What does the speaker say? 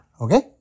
okay